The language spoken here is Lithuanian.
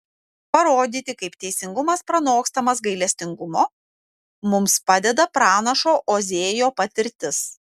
parodyti kaip teisingumas pranokstamas gailestingumo mums padeda pranašo ozėjo patirtis